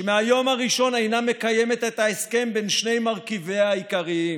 שמהיום הראשון אינה מקיימת את ההסכם בין שני מרכיביה העיקריים,